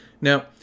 Now